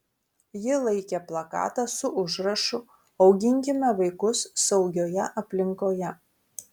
ji laikė plakatą su užrašu auginkime vaikus saugioje aplinkoje